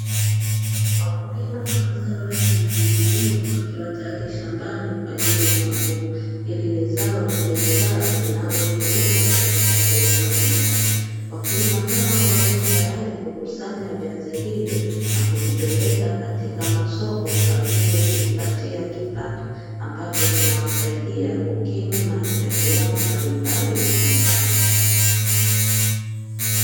Wakulima wa zao la viazi mviringo wakiwa tayari shambani, kwa ajili ya mavuno, hili ni zao la biashara linalotumika katika sehemu mbalimbali. Wakulima hawa walio tayari kukusanya viazi hivyo na kupeleka kwenye masoko kwa ajili ya kujipatia kipato, ambacho kinawasaidia kukimu mahitaji yao mbalimbali ya nyumbani.